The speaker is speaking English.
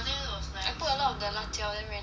I put a lot of the 辣椒 then very nice